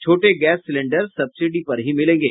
छोटे gas cylinder subsidy पर ही मिलेंगे